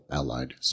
allied